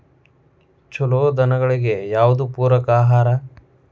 ಛಲೋ ದನಗಳಿಗೆ ಯಾವ್ದು ಪೂರಕ ಆಹಾರ?